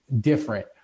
different